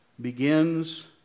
begins